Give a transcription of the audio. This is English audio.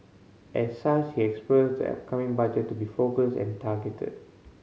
as such he the upcoming Budget to be focused and targeted